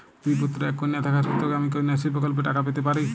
দুই পুত্র এক কন্যা থাকা সত্ত্বেও কি আমি কন্যাশ্রী প্রকল্পে টাকা পেতে পারি?